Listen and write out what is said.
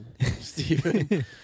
Stephen